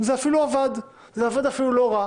זה אפילו עבד, ועבד אפילו לא רע.